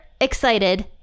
excited